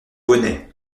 bonnet